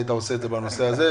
היית עושה את זה בנושא הזה.